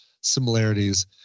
similarities